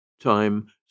Time